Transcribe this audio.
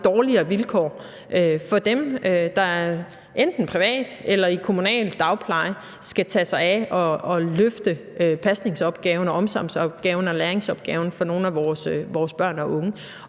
dårligere vilkår for dem, der enten i privat eller kommunalt dagpleje skal tage sig af at løfte pasningsopgaven og omsorgsopgaven og læringsopgaven for nogle af vores børn og unge.